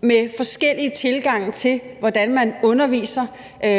med forskellige tilgange til, hvordan man underviser,